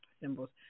symbols